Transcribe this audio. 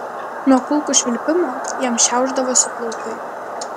nuo kulkų švilpimo jam šiaušdavosi plaukai